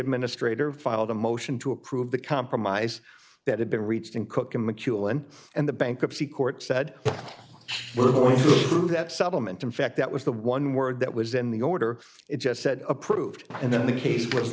administrator filed a motion to approve the compromise that had been reached in cookham mckeown and the bankruptcy court said that supplement in fact that was the one word that was in the order it just said approved and then the case was